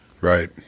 Right